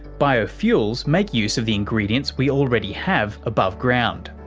biofuels make use of the ingredients we already have above ground.